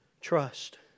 Trust